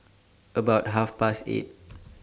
about Half Past eight